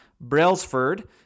Brailsford